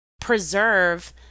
preserve